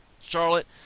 Charlotte